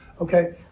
Okay